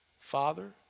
Father